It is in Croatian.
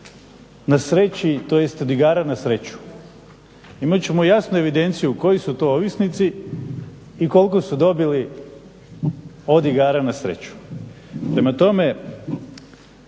na sreći, tj. od igara na sreću. Imat ćemo jasnu evidenciju koji su to ovisnici i koliko su dobili od igara na sreću.